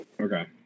Okay